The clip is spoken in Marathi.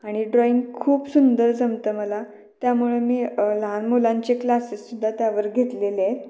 आणि ड्रॉइंग खूप सुंदर जमतं मला त्यामुळं मी लहान मुलांचे क्लासेससुद्धा त्यावर घेतलेले आहे